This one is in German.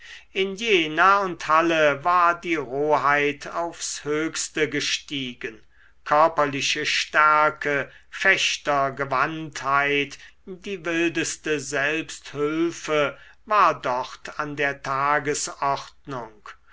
in jena und halle war die roheit aufs höchste gestiegen körperliche stärke fechtergewandtheit die wildeste selbsthülfe war dort an der tagesordnung